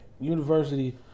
University